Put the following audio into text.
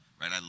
right